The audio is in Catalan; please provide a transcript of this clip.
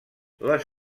les